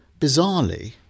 bizarrely